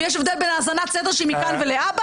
ויש הבדל עם האזנת סתר שהיא מכאן ולהבא.